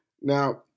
Now